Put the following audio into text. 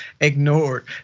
ignored